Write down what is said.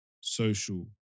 social